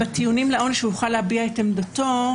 בטיעונים לעונש הוא יוכל להביא את עמדתו?